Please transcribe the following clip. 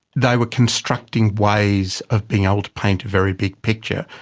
they were constructing ways of being able to paint a very big picture.